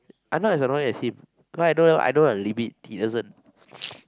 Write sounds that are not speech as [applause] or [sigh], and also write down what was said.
I not as annoying as him cause I know I know the limit he doesn't [noise]